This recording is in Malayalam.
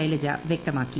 ശൈലജ വ്യക്തമാക്കി